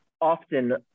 often